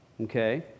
okay